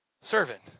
servant